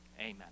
amen